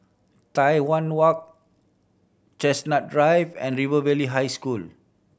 Tai Hwan Walk Chestnut Drive and River Valley High School